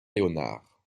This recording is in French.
léonard